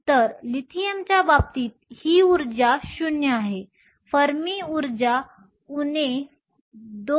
तर लिथियमच्या बाबतीत ही ऊर्जा 0 आहे फर्मी ऊर्जा उणे 2